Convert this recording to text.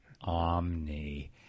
Omni